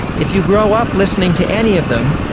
if you grow up listening to any of them,